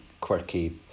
quirky